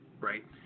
right